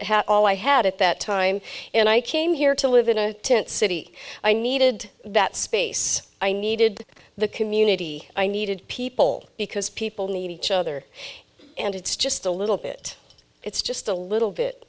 and all i had at that time and i came here to live in a tent city i needed that space i needed the community i needed people because people need each other and it's just a little bit it's just a little bit